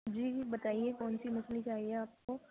جی جی بتائیے کون سی مچھلی چاہیے آپ کو